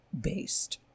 based